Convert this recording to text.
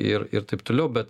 ir ir taip toliau bet